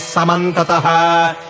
Samantataha